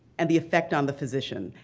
and the effect on the physician.